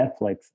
netflix